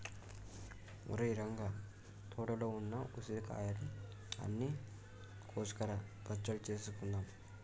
ఒరేయ్ రంగ తోటలో ఉన్న ఉసిరికాయలు అన్ని కోసుకురా పచ్చడి సేసేద్దాం